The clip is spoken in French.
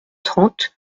trente